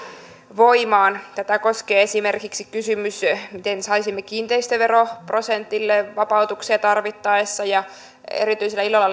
voimaan tätä koskee esimerkiksi kysymys miten saisimme kiinteistöveroprosentille vapautuksia tarvittaessa ja erityisellä ilolla